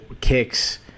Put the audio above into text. kicks